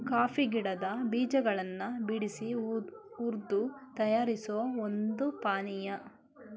coffee ಗಿಡದ್ ಬೀಜಗಳನ್ ಬಿಡ್ಸಿ ಹುರ್ದು ತಯಾರಿಸೋ ಒಂದ್ ಪಾನಿಯಾ